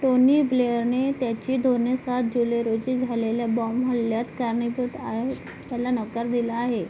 Tony ब्लेअरने त्याची धोरणे सात जुलै रोजी झालेल्या बॉम हल्ल्यात कारणीभूत आहेत याला नकार दिला आहे